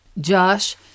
Josh